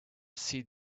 see